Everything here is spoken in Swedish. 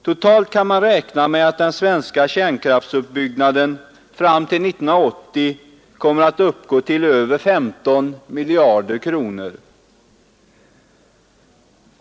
Totalt kan man räkna med att den svenska kärnkraftsuppbyggnaden fram till 1980 kommer att uppgå till över 15 miljarder kronor.